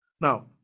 now